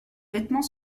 vêtements